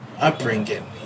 upbringing